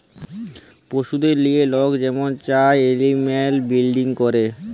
পশুদেরকে লিঁয়ে লক যেমল চায় এলিম্যাল বিরডিং ক্যরে